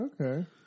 Okay